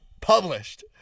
published